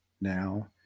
now